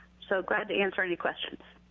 so glad to answer any questions.